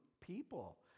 people